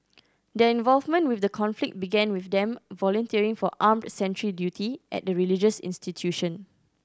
their involvement with the conflict began with them volunteering for armed sentry duty at the religious institution